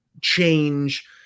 change